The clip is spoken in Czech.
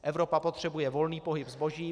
Evropa potřebuje volný pohyb zboží.